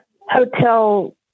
Hotel